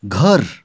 घर